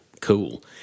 cool